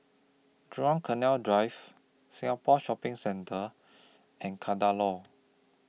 Jurong Canal Drive Singapore Shopping Centre and Kadaloor